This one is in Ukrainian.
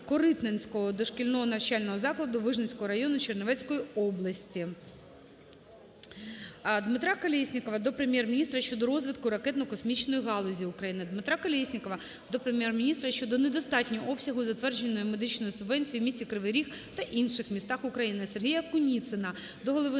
Дмитра Колєснікова до Прем'єр-міністра щодо розвитку ракетно-космічної галузі України. Дмитра Колєснікова до Прем'єр-міністра щодо недостатнього обсягу затвердженої медичної субвенції у місті Кривий Ріг та інших містах України. Сергія Куніцина до голови